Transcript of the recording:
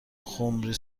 خمری